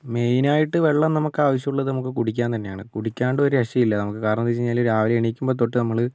മെയിനായിട്ട് വെള്ളം നമുക്കാവശ്യം ഉള്ളത് നമുക്ക് കുടിക്കാൻ തന്നെയാണ് കുടിക്കാണ്ട് ഒരു രക്ഷയില്ല നമുക്ക് കാരണം എന്ത് എന്നു വച്ചു കഴിഞ്ഞാൽ രാവിലെ എണീക്കുമ്പോൾ തൊട്ട് നമ്മൾ